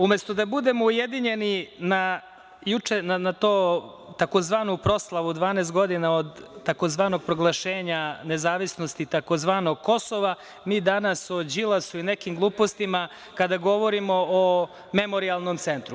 Umesto da budemo ujedinjeni na proslavu 12 godina od tzv. proglašenja nezavisnosti tzv. Kosova, mi danas o Đilasu i nekim glupostima, kada govorim o memorijalnom centru.